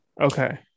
Okay